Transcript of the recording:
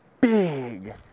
big